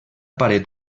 paret